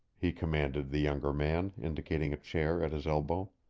he commanded the younger man, indicating a chair at his elbow.